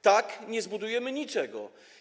Tak nie zbudujemy niczego.